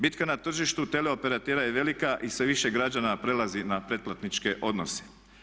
Bitka na tržištu teleoperatera je velika i sve više građana prelazi na pretplatničke odnose.